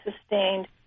sustained